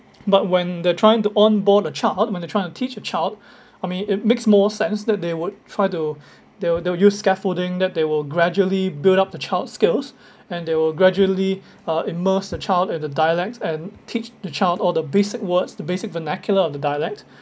but when they're trying to own born a child when they are trying to teach a child I mean it makes more sense that they would try to they'll they'll use scaffolding that they will gradually build up the child's skills and they will gradually uh immerse the child at the dialects and teach the child all the basic words the basic vernacular of the dialect